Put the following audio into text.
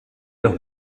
los